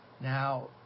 Now